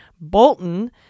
Bolton